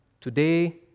Today